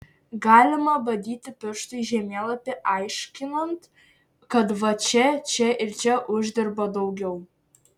galima badyti pirštu į žemėlapį aiškinant kad va čia čia ir čia uždirba daugiau